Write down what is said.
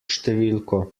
številko